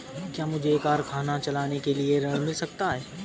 क्या मुझे कारखाना चलाने के लिए ऋण मिल सकता है?